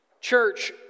Church